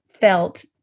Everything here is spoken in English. felt